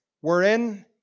wherein